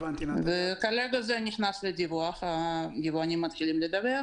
כרגע זה נכנס לדיווח, היבואנים מתחילים לדווח